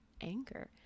anger